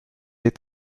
est